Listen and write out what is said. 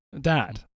Dad